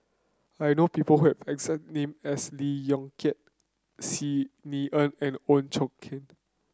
I know people who have exact name as Lee Yong Kiat Xi Ni Er and Ooi Chuen